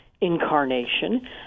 incarnation